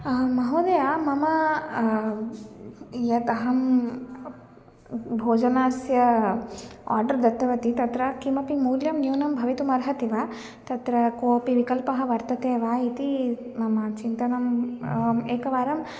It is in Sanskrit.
आम् महोदय मम यतः अहं भोजनस्य आर्डर् दत्तवती तत्र किमपि मूल्यं न्यूनं भवितुम् अर्हति वा तत्र कोऽपि विकल्पः वर्तते वा इति मम चिन्तनम् एकवारम्